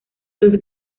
los